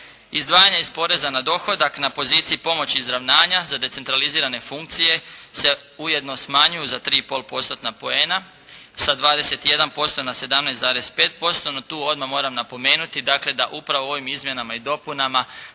Izdvajanje iz poreza na dohodak na poziciji pomoći izravnanja za decentralizirane funkcije se ujedno smanjuju za 3,5%-tna poena sa 21% na 17,5% no tu odmah moram napomenuti dakle, da upravo u ovim izmjenama i dopunama